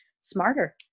smarter